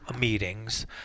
meetings